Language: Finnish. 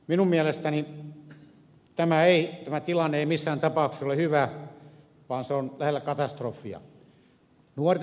minun mielestäni tämä tilanne ei missään tapauksessa ole hyvä vaan se on lähellä katastrofia nuorten kohdalla